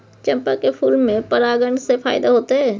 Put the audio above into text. चंपा के फूल में परागण से फायदा होतय?